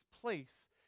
place